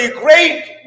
great